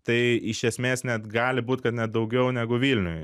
tai iš esmės net gali būt kad net daugiau negu vilniuj